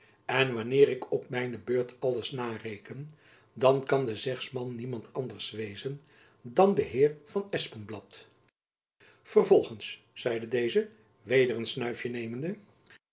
en wanneer ik op mijne beurt alles nareken dan kan de zegsman niemand anders wezen dan de heer van espenblad vervolgends zeide deze weder een snuifjen nemende